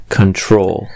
control